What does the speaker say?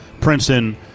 Princeton